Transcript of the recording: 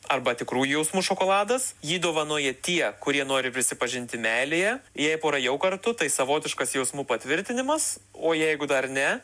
arba tikrųjų jausmų šokoladas jį dovanoja tie kurie nori prisipažinti meilėje jei pora jau kartu tai savotiškas jausmų patvirtinimas o jeigu dar ne